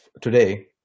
today